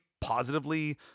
positively